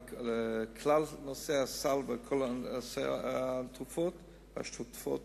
של כלל נושא הסל וכל נושא התרופות השוטפות,